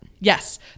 Yes